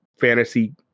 fantasy